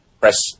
press